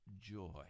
joy